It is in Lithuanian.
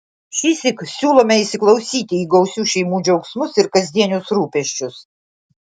šįsyk siūlome įsiklausyti į gausių šeimų džiaugsmus ir kasdienius rūpesčius